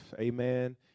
Amen